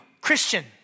Christian